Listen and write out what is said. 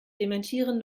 dementieren